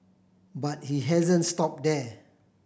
but he hasn't stop there